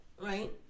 right